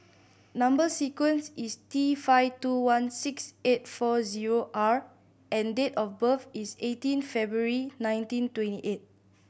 number sequence is T five two one six eight four zero R and date of birth is eighteen February nineteen twenty eight